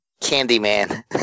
Candyman